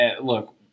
Look